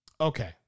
Okay